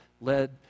led